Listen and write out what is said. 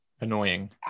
annoying